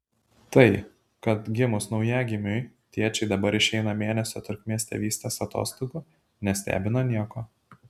tai kad gimus naujagimiui tėčiai dabar išeina mėnesio trukmės tėvystės atostogų nestebina nieko